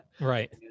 Right